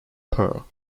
pearl